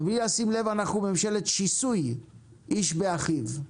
ובלי לשים לב אנחנו ממשלת שיסוי איש באחיו,